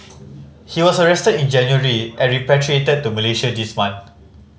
he was arrested in January and repatriated to Malaysia this month